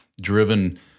driven